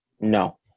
no